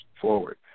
forward